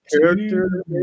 character